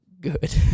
good